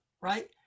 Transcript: Right